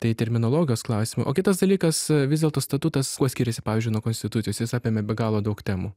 tai terminologijos klausimai o kitas dalykas vis dėlto statutas kuo skiriasi pavyzdžiui nuo konstitucijos jis apėmė be galo daug temų